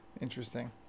Interesting